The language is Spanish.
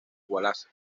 wallace